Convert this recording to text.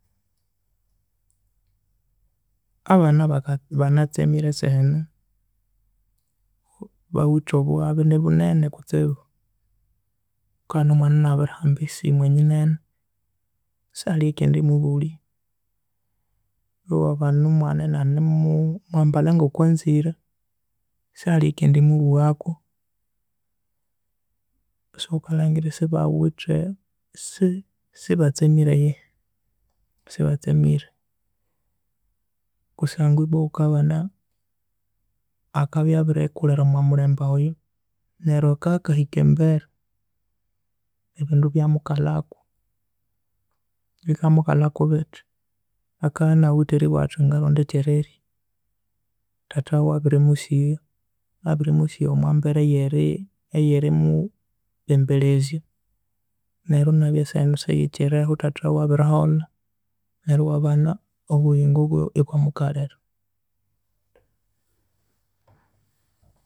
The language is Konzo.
Abana baka banatsemire esaha enu bawithe obughabe nibu nene kutsibu ghukabana omwana enabirihamba esimu enyinene sihalhe eyikendimubulhya ewabana omwana enanimu mbalha ngoko anzire sihalhe oyukendimubughako so ghukalhangira esibawithe si- sibatsemire eyihi sibatsemire kusangwa ibwa ghukabana akabya abirikulhira omwa mulhembe oyo neryo akabya akahika ambere ebindu ebyamukalhaku bikamukalhaku bithi akagha na withe athi ngaronda ekyerirya, thatha wuwe abirimusigha abirimusigha omwa mbera eyeri eyeri mubembelhezya neryu enabya esaha enu esighikiriho thatha wiwe abiriholha neryu ewabana obuyingo bwiwe ibwamukalhira.